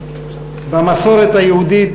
במסורת היהודית,